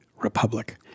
republic